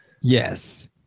Yes